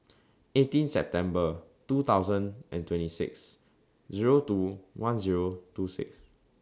eighteen September two thousand and twenty six Zero two one Zero two six